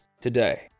today